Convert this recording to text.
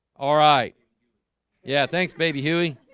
all right yeah, thanks baby, huey